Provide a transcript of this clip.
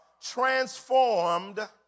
transformed